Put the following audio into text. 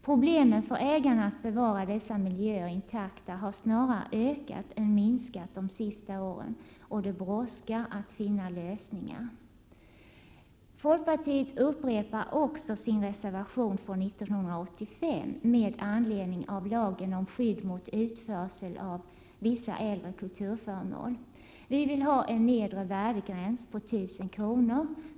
Problemen för ägarna att bevara dessa miljöer intakta har snarare ökat än minskat de senaste åren. Det brådskar att finna lösningar. Folkpartiet upprepar också sin reservation från 1985 med anledning av lagen om skydd mot utförsel av vissa äldre kulturföremål. Vi vill ha en nedre värdegräns på 1 000 kr.